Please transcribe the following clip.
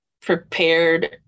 prepared